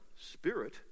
spirit